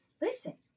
listen